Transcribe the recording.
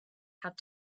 have